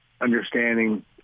understanding